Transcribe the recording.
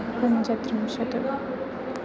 पञ्चत्रिंशत्